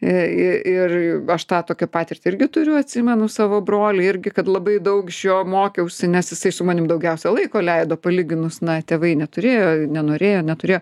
ir aš tą tokią patirtį irgi turiu atsimenu savo brolį irgi kad labai daug iš jo mokiausi nes jisai su manim daugiausiai laiko leido palyginus na tėvai neturėjo nenorėjo neturėjo